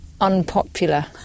unpopular